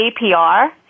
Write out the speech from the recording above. APR